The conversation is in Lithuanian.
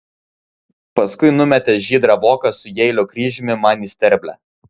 paskui numetė žydrą voką su jeilio kryžiumi man į sterblę